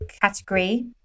category